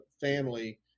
family